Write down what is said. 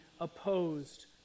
opposed